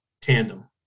tandem